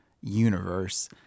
universe